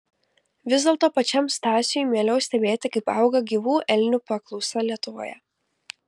vis dėlto pačiam stasiui mieliau stebėti kaip auga gyvų elnių paklausa lietuvoje